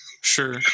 Sure